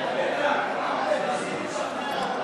נתקבלה.